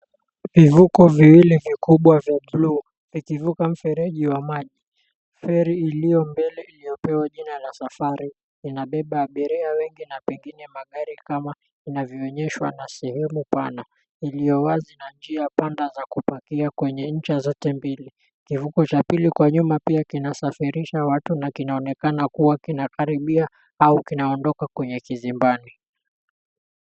Vivuko viwili vikubwa vya bluu vikivuka mfereji wa maji. Feri iliyo mbele iliyopewa jina la Safari, inabeba abiria wengi na pengine magari kama inavyoonyeshwa na sehemu pana iliyowazi na njia panda za kupakia kwenye ncha zote mbili. Kivuko cha pili pia kwa nyuma kinasafirisha watu na kinaonekana kuwa kina karibia au kinaondoka kwenye kizimbani.